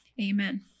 Amen